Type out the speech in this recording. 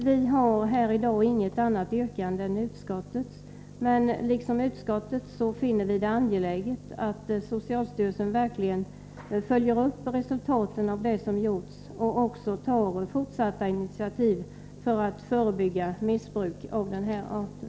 Vi har inget annat yrkande än utskottets, men liksom utskottet finner vi det angeläget att socialstyrelsen verkligen följer upp resultaten av det som har gjorts och också tar fortsatta initiativ för att förebygga missbruk av den här arten.